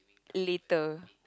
later